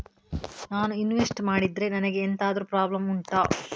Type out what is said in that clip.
ನಾನು ಇನ್ವೆಸ್ಟ್ ಮಾಡಿದ್ರೆ ನನಗೆ ಎಂತಾದ್ರು ಪ್ರಾಬ್ಲಮ್ ಉಂಟಾ